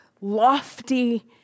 lofty